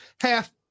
half